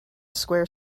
square